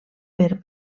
per